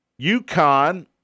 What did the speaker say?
UConn